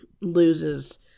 loses